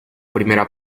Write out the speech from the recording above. primera